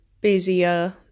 busier